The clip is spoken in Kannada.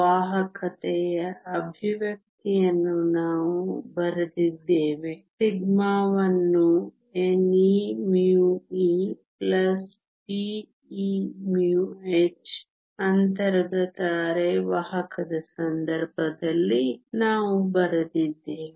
ವಾಹಕತೆಯ ಅಭಿವ್ಯಕ್ತಿಯನ್ನು ನಾವು ಬರೆದಿದ್ದೇವೆ ಸಿಗ್ಮಾವನ್ನು n e μe p e μh ಅಂತರ್ಗತ ಅರೆವಾಹಕದ ಸಂದರ್ಭದಲ್ಲಿ ನಾವು ಬರೆದಿದ್ದೇವೆ